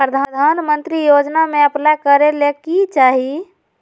प्रधानमंत्री योजना में अप्लाई करें ले की चाही?